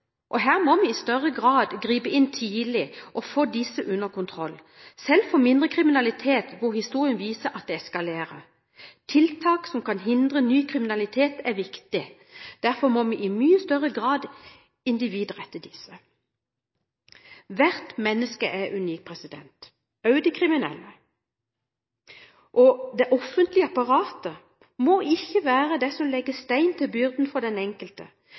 og her må vi i større grad gripe inn tidlig og få dem under kontroll, selv ved mindre alvorlig kriminalitet, hvor historien viser at det eskalerer. Tiltak som kan hindre ny kriminalitet, er viktig. Derfor må vi i mye større grad individrette disse tiltakene. Hvert menneske er unikt, også de kriminelle. Det offentlige apparatet må ikke være det som legger stein til byrden for den enkelte,